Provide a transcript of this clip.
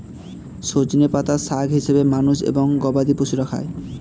সজনে পাতা শাক হিসেবে মানুষ এবং গবাদি পশুরা খায়